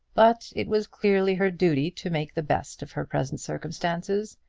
but it was clearly her duty to make the best of her present circumstances,